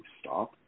Stop